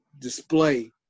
display